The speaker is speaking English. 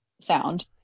sound